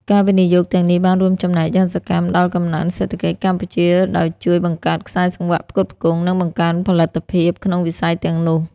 ការវិនិយោគទាំងនេះបានរួមចំណែកយ៉ាងសកម្មដល់កំណើនសេដ្ឋកិច្ចកម្ពុជា ដោយជួយបង្កើតខ្សែសង្វាក់ផ្គត់ផ្គង់ និងបង្កើនផលិតភាពក្នុងវិស័យទាំងនោះ។